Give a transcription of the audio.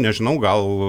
nežinau gal